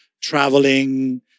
traveling